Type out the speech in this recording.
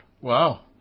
Wow